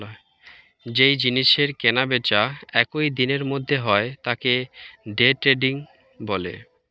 যেই জিনিসের কেনা বেচা একই দিনের মধ্যে হয় তাকে ডে ট্রেডিং বলে